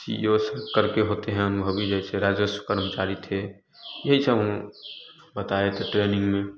सी O सब करके होते हैं भावी राजस्व कर्मचारी थे यही सब बताए थे ट्रेनिंग में